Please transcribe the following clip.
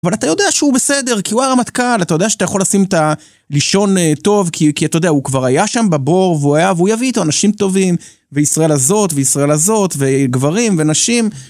אבל אתה יודע שהוא בסדר, כי הוא הרמטכ"ל, אתה יודע שאתה יכול לשים את הלישון טוב, כי אתה יודע, הוא כבר היה שם בבור, והוא היה, והוא יביא איתו אנשים טובים, וישראל הזאת, וישראל הזאת, וגברים, ונשים.